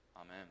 Amen